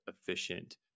efficient